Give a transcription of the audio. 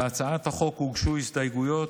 להצעת החוק הוגשו הסתייגויות.